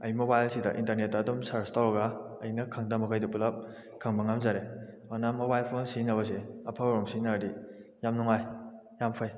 ꯑꯩ ꯃꯣꯕꯥꯏꯜꯁꯤꯗ ꯏꯟꯇꯔꯅꯦꯠꯇ ꯑꯩ ꯑꯗꯨꯝ ꯁꯔꯁ ꯇꯧꯔꯒ ꯑꯩꯅ ꯈꯪꯗ ꯃꯈꯩꯗꯣ ꯄꯨꯂꯞ ꯈꯪꯕ ꯉꯝꯖꯔꯦ ꯑꯗꯨꯅ ꯃꯣꯕꯥꯏꯜ ꯐꯣꯟ ꯁꯤꯖꯟꯅꯕꯁꯦ ꯑꯐꯕ ꯔꯣꯝ ꯁꯤꯖꯟꯅꯔꯗꯤ ꯌꯥꯝ ꯅꯨꯡꯉꯥꯏ ꯌꯥꯝ ꯐꯩ